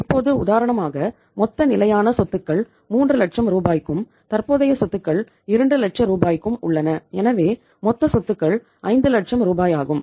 இப்போது உதாரணமாக மொத்த நிலையான சொத்துக்கள் 3 லட்சம் ரூபாய்க்கும் தற்போதைய சொத்துக்கள் 2 லட்சம் ரூபாய்க்கும் உள்ளன எனவே மொத்த சொத்துக்கள் 5 லட்சம் ரூபாயாகும்